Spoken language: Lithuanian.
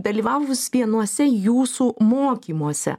dalyvavus vienuose jūsų mokymuose